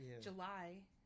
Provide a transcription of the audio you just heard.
July